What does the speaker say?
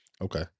Okay